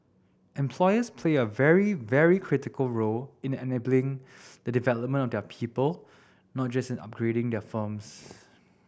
employers play a very very critical role in enabling the development of their people not just in upgrading their firms